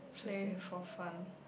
play for fun